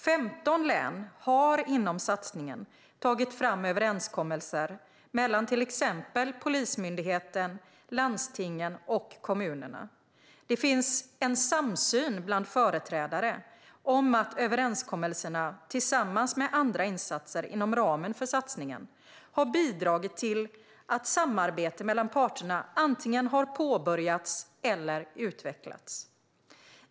15 län har inom satsningen tagit fram överenskommelser mellan till exempel Polismyndigheten, landstingen och kommunerna. Det finns en samsyn bland företrädare om att överenskommelserna, tillsammans med andra insatser inom ramen för satsningen, har bidragit till att samarbete mellan parterna antingen har påbörjats eller utvecklats.